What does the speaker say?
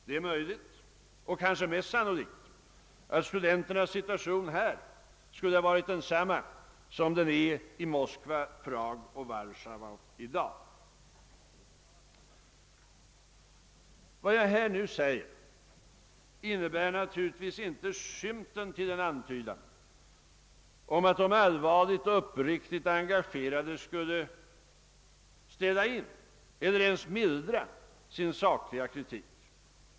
Det är möjligt och kanske mest sannolikt att studenternas situation här skulle ha varit densamma som den är i Moskva, Prag och Warszawa i dag. Vad jag här nu säger innebär naturligtvis inte skymten till en antydan om att de allvarligt och uppriktigt engagerade skulle ställa in eller ens mildra sin sakliga kritik.